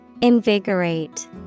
Invigorate